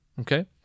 Okay